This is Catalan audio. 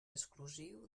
exclusiu